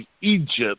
Egypt